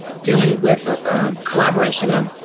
dealing with ah ah collaboration of